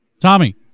Tommy